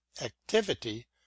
activity